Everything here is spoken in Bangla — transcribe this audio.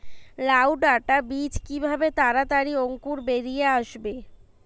লাউ ডাটা বীজ কিভাবে তাড়াতাড়ি অঙ্কুর বেরিয়ে আসবে?